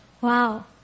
Wow